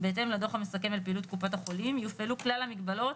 בהתאם לדוח המסכם את פעילות קופת החולים יופעלו כלל המגבלות